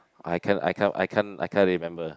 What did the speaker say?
I can I can't I can't I can't remember